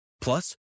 Plus